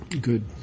good